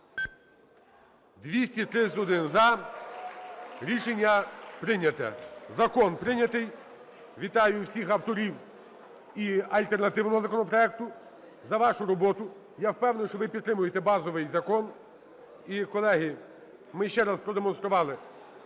11:45:35 За-231 Рішення прийнято. Закон прийнятий. Вітаю всіх авторів і альтернативного законопроекту за вашу роботу. Я впевнений, що ви підтримуєте базовий закон. І, колеги, ми ще раз продемонстрували,